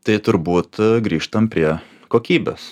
tai turbūt grįžtam prie kokybės